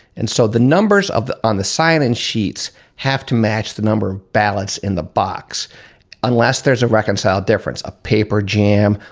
and so the numbers of on the sign in sheets have to match the number of ballots in the box unless there's a reconciled difference. a paper jam,